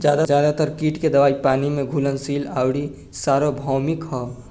ज्यादातर कीट के दवाई पानी में घुलनशील आउर सार्वभौमिक ह?